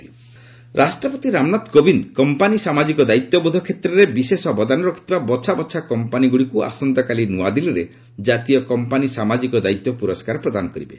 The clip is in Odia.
ପ୍ରେକ୍ ସିଏସ୍ଆର୍ ଆୱାର୍ଡ୍ ରାଷ୍ଟ୍ରପତି ରାମନାଥ କୋବିନ୍ଦ କମ୍ପାନୀ ସାମାଜିକ ଦାୟିତ୍ୱବୋଧ କ୍ଷେତ୍ରରେ ବିଶେଷ ଅବଦାନ ରଖିଥିବା ବଚ୍ଚାବଚ୍ଛା କମ୍ପାନୀଗୁଡ଼ିକୁ ଆସନ୍ତାକାଲି ନ୍ତଆଦିଲ୍ଲୀରେ କାତୀୟ କମ୍ପାନୀ ସାମାଜିକ ଦାୟିତ୍ୱ ପ୍ରରସ୍କାର ପ୍ରଦାନ କରିବେ